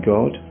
God